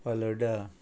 falooda